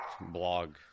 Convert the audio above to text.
blog